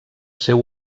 seu